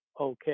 Okay